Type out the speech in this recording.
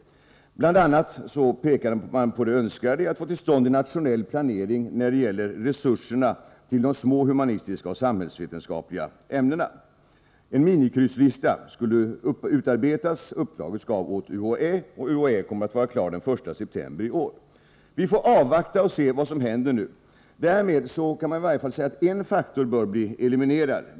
Bl.a. pekade man på det önskvärda i att få till stånd en nationell planering när det gäller resurserna i de små humanistiska och samhällsvetenskapliga ämnena. En minikrysslista skulle utarbetas. Uppdraget skall gå till UHÄ, och UHÄ kommer att ha arbetet klart den 1 september i år. Vi får avvakta och se vad som händer. Därmed kan man i varje fall säga att en faktor bör bli eliminerad.